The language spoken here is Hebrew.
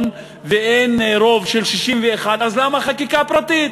יתרון ואין רוב של 61, למה חקיקה פרטית?